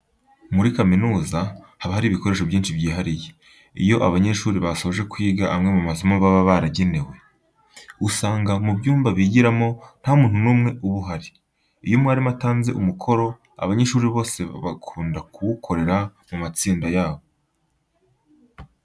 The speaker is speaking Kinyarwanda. Muri kaminuza haba hari ibikoresho byinshi byihariye. Iyo abanyeshuri basoje kwiga amwe mu masomo baba baragenewe. Usanga mu byumba bigiramo nta muntu n'umwe uba uhari. Iyo mwarimu atanze umukoro, abanyeshuri bose bakunda kuwukorera mu matsinda yabo.